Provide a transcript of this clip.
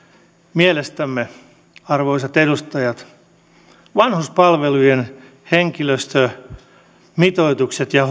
mielestämme arvoisat edustajat vanhuspalvelujen henkilöstömitoitukset ja